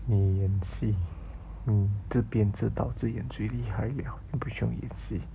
你演戏你这边知道最演最厉害了你不需要演戏